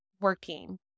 working